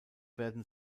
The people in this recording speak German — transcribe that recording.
werden